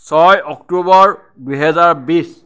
ছয় অক্টোবৰ দুহেজাৰ বিছ